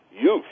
youth